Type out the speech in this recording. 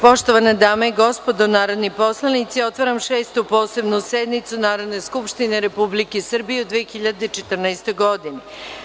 Poštovane dame i gospodo narodni poslanici, otvaram Šestu posebnu sednicu Narodne skupštine Republike Srbije u 2014. godini.